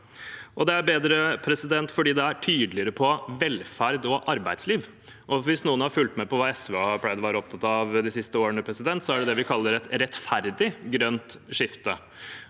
det er bedre fordi det er tydeligere om velferd og arbeidsliv. Hvis noen har fulgt med på hva SV har pleid å være opptatt av de siste årene, er dette det vi kaller et rettferdig grønt skifte.